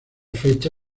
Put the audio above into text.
fecha